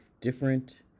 different